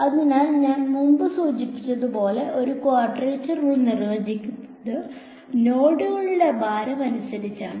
അതിനാൽ ഞാൻ മുമ്പ് സൂചിപ്പിച്ചതുപോലെ ഒരു ക്വാഡ്രേച്ചർ റൂൾ നിർവചിക്കുന്നത് നോഡുകളും ഭാരവും അനുസരിച്ചാണ്